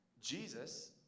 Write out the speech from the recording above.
Jesus